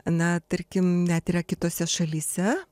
na tarkim net yra kitose šalyse